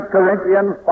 Corinthians